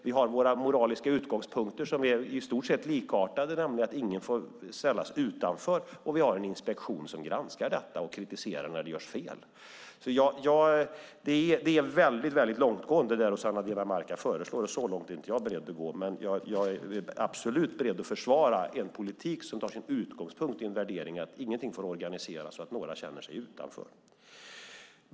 Vi har våra moraliska utgångspunkter, som är i stort sett likartade, nämligen att ingen får ställas utanför. Vi har också en inspektion som granskar detta och kritiserar när det görs fel. Det Rossana Dinamarca föreslår är väldigt långtgående. Så långt är inte jag beredd att gå. Men jag är absolut beredd att försvara en politik som tar sin utgångspunkt i värderingen att ingenting får organiseras så att några känner sig utanför.